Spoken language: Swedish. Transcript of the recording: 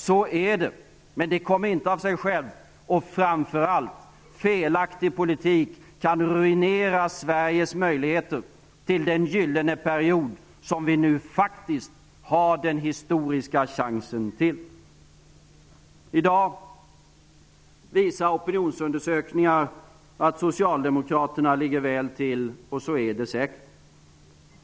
Så är det, men det kommer inte av sig självt. Och framför allt: En felaktig politik kan ruinera Sveriges möjligheter att nå den gyllene period som vi nu faktiskt har den historiska chansen att få uppleva. I dag visar opinionsundersökningar att Socialdemokraterna ligger väl till, och så är det säkert.